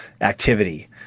activity